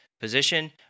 position